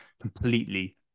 completely